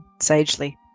sagely